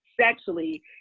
sexually